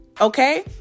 okay